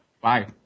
Bye